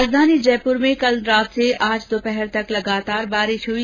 राजधानी जयपुर में कल रात से आज दोपहर तक लगातार बारिश हुई